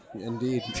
Indeed